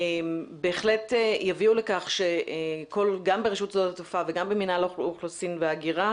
בהחלט יביאו לכך שגם ברשות שדות התעופה וגם במינהל האוכלוסין וההגירה